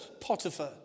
Potiphar